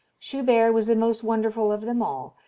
schubert was the most wonderful of them all,